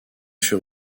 sur